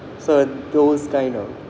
so those kind of